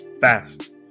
fast